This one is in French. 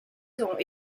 seront